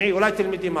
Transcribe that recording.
תשמעי, אולי תלמדי משהו.